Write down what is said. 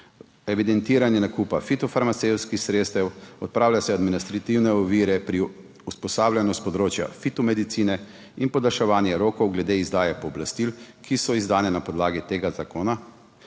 evidentiranje nakupa fitofarmacevtskih sredstev, odpravljajo se administrativne ovire pri usposabljanju s področja fitomedicine in podaljševanje rokov glede izdaje pooblastil, ki so izdane na podlagi tega zakona